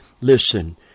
Listen